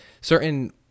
certain –